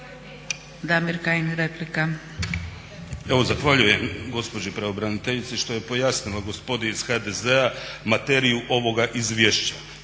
Damir Kajin, replika.